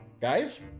guys